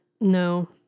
No